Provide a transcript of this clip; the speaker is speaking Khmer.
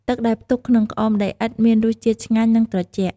ទឹកដែលផ្ទុកក្នុងក្អមដីឥដ្ឋមានរសជាតិឆ្ងាញ់ និងត្រជាក់។